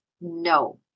no